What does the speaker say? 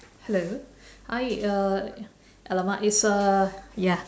hello hi uh !alamak! is uh ya